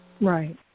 Right